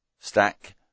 stack